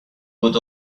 would